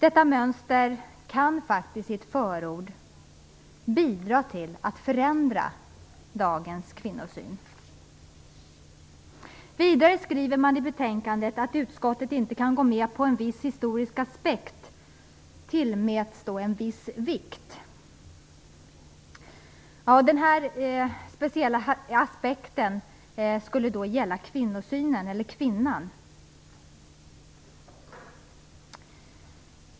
Ett förord kan bidra till att förändra detta mönster och dagens kvinnosyn. Vidare skriver utskottet i betänkandet att det inte kan gå med på att en viss historisk aspekt tillmäts en viss vikt. Denna speciella aspekt skulle då gälla kvinnosynen och kvinnan.